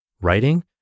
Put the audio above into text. Writing